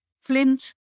Flint